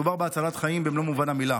מדובר בהצלת חיים במלוא מובן המילה.